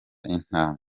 intanga